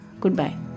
Goodbye